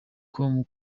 com